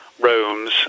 rooms